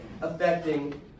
affecting